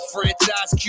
Franchise